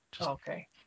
okay